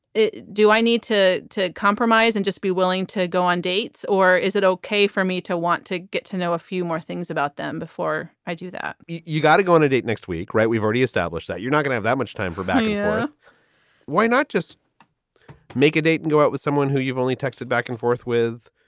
do i need to to compromise and just be willing to go on dates? or is it okay for me to want to get to know a few more things about them before i do that? you got to go on a date next week, right? we've already established that you're not gonna have that much time for value yeah why not just make a date and go out with someone who you've only texted back and forth with,